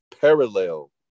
parallel